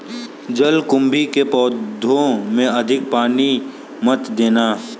जलकुंभी के पौधों में अधिक पानी मत देना